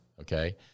Okay